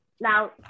Now